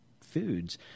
foods